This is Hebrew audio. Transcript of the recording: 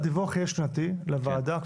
הדיווח יהיה שנתי לוועדה,